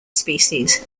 species